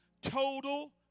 total